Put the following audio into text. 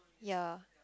ya